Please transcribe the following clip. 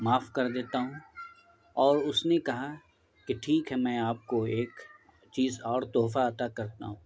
معاف کر دیتا ہوں اور اس نے کہا کہ ٹھیک ہے میں آپ کو ایک چیز اور تحفہ عطا کرتا ہوں